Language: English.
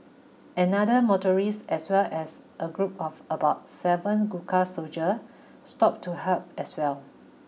another motorist as well as a group of about seven Gurkha soldier stop to help as well